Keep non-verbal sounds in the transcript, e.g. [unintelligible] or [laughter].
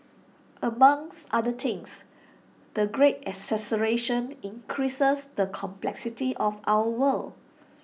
among [unintelligible] other things the great acceleration increases the complexity of our world